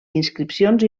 inscripcions